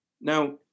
Now